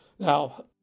Now